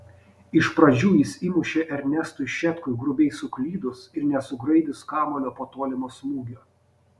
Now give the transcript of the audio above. iš pradžių jis įmušė ernestui šetkui grubiai suklydus ir nesugraibius kamuolio po tolimo smūgio